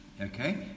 Okay